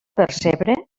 percebre